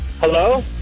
Hello